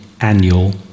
annual